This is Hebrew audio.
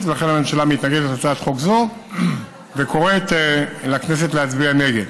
ולכן הממשלה מתנגדת להצעת חוק זו וקוראת לכנסת להצביע נגד.